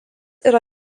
yra